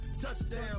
Touchdown